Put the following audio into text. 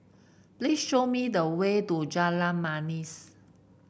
please show me the way to Jalan Manis